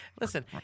Listen